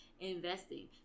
investing